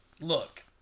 Look